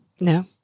No